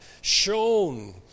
shown